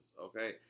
okay